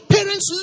Parents